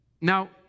Now